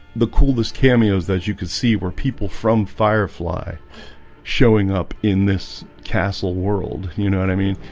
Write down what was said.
the coolest cameos that you could see were people from firefly showing up in this castle world. you know what i mean,